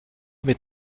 mit